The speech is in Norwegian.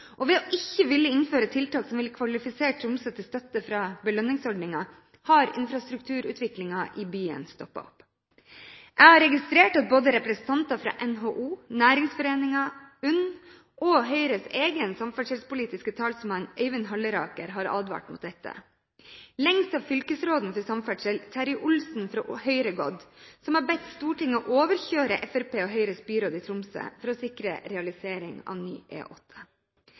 og ved ikke å ville innføre tiltak som ville kvalifisert Tromsø til støtte fra belønningsordningen, har infrastrukturutviklingen i byen stoppet opp. Jeg har registrert at både representanter fra NHO, Næringsforeningen, UNN og Høyres egen samferdselspolitiske talsmann, Øyvind Halleraker, har advart mot dette. Lengst har fylkesråden for samferdsel, Terje Olsen fra Høyre, gått, som har bedt Stortinget overkjøre Fremskrittspartiet og Høyres byråd i Tromsø for å sikre realisering av ny